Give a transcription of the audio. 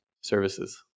services